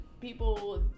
people